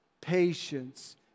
patience